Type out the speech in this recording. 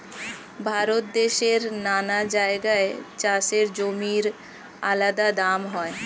ভারত দেশের নানা জায়গায় চাষের জমির আলাদা দাম হয়